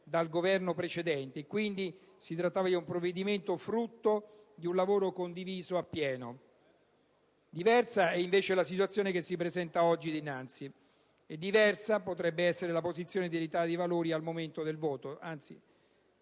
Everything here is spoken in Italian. dal Governo precedente. Quindi, si trattava di un provvedimento frutto di un lavoro condiviso appieno. Diversa è invece la situazione che ci si presenta oggi dinanzi. Diversa quindi potrebbe essere la posizione dell'Italia dei Valori al momento del voto; anzi,